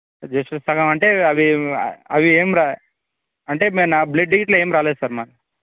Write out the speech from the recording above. just సగం అంటే అవి అవి ఏం రా అంటే నా బ్లడ్ ఇట్ల ఏం రాలేదు సార్ నాకు